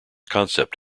concept